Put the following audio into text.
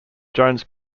jones